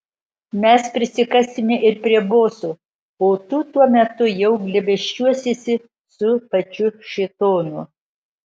mes prisikasime ir prie boso o tu tuo metu jau glėbesčiuosiesi su pačiu šėtonu